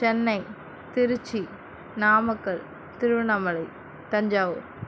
Chennai Tiruchi Namakkal Tiruvannamalai Thanjavur